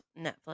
Netflix